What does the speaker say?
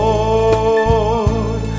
Lord